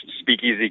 speakeasy